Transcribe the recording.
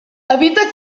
habita